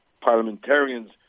parliamentarians